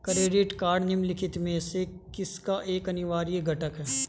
Credit card निम्नलिखित में से किसका एक अनिवार्य घटक है?